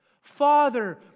Father